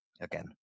again